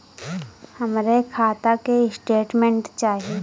हमरे खाता के स्टेटमेंट चाही?